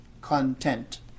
content